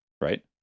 right